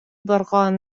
барганнар